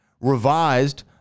revised